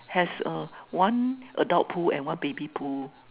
has uh one adult pool and one baby pool